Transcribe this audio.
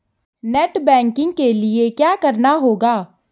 Net banking के लिए क्या करना होगा?